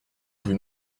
rue